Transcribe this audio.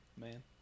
man